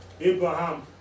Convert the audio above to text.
Abraham